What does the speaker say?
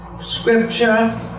Scripture